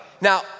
Now